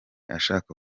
ashaka